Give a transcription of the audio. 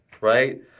right